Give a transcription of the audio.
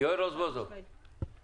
יואל רזבוזוב, בבקשה.